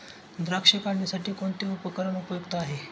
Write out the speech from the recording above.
द्राक्ष काढणीसाठी कोणते उपकरण उपयुक्त आहे?